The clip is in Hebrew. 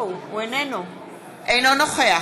אינו נוכח